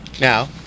Now